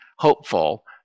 hopeful